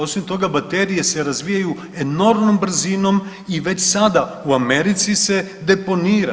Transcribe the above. Osim toga baterije se razvijaju enormnom brzinom i već sada u Americi se deponira.